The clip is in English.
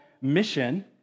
mission